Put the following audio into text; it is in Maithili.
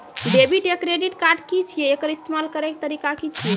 डेबिट या क्रेडिट कार्ड की छियै? एकर इस्तेमाल करैक तरीका की छियै?